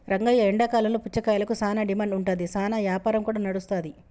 రంగయ్య ఎండాకాలంలో పుచ్చకాయలకు సానా డిమాండ్ ఉంటాది, సానా యాపారం కూడా నడుస్తాది